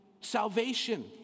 salvation